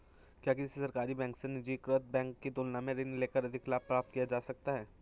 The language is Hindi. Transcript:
क्या किसी सरकारी बैंक से निजीकृत बैंक की तुलना में ऋण लेकर अधिक लाभ प्राप्त किया जा सकता है?